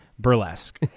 Burlesque